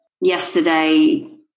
yesterday